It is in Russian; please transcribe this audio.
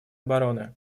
обороны